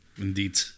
Indeed